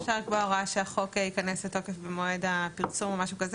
אפשר לקבוע הוראה שהחוק ייכנס לתוקף במועד הפרסום או משהו אחר.